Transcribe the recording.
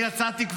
אני יצאתי,